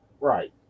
right